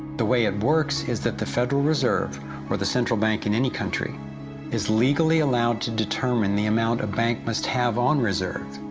the way it works is that the federal reserve or the central bank in any country is legally allowed to determine the amount a bank must have on reserve.